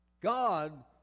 God